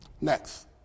Next